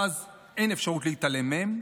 ואז אין אפשרות להתעלם מהם,